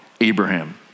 Abraham